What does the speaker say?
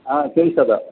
आं त्रिंशतं